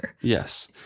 Yes